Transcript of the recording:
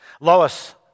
Lois